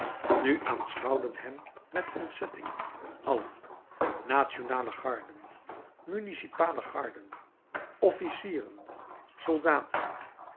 nu aanschouwden hem met ontzetting allen nationale garden municipale garden officieren soldaten